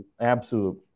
absolute